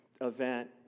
event